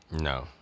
No